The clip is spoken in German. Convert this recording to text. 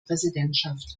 präsidentschaft